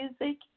music